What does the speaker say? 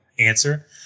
answer